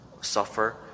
suffer